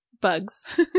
bugs